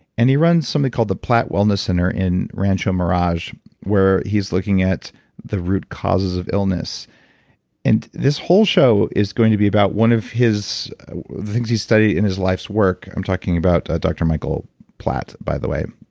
and he runs something called the platt wellness center in rancho mirage where he's looking at the root causes of illness and this whole show is going to be about one of his things he's studied in his life's work. i'm talking about dr. michael platt, by the way.